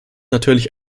natürlich